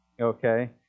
Okay